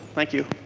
thank you.